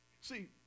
see